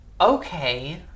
Okay